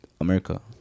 America